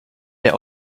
der